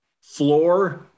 floor